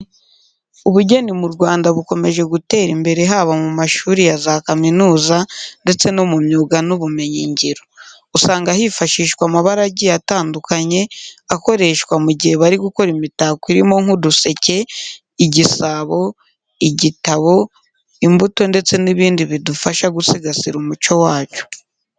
Ubugeni mu Rwanda bukomeje gutera imbere haba mu mashuri ya za kaminuza ndetse no mu myuga n'ubumenyingiro. Usanga hifashishwa amabara agiye atandukanye akoreshwa mu gihe bari gukora imitako irimo nk'uduseke, igisabo, igitabo, imbuto ndetse n'ibindi bidufasha gusigasira umuco wacu.